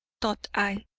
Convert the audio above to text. thought i,